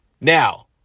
Now